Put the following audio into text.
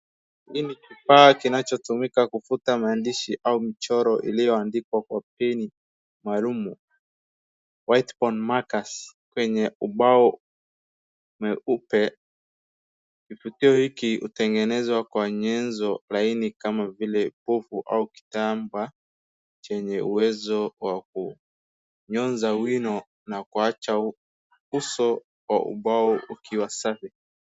Hiki ni kifaa kinachotumika kufuta maandishi au michoro iliyoandikwa kwa peni maalumu, whiteboard markers kwenye ubao mweupe. Kifutio hiki hutengenezwa kwa nyenzo laini kama vile pofu au kitambaa chenye uwezo wa kunyonza wino na kuacha uso wa ubao ukiwa safi.